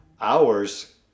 hours